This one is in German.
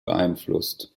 beeinflusst